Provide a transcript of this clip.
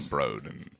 Broden